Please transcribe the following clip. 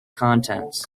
contents